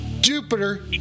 Jupiter